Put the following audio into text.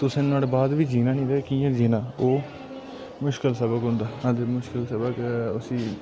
तुसे नुआड़े बाद बी जीना नी ते कियां जीना ते मुश्किल सबक होंदा हां जी मुश्किल सबक ते उस्सी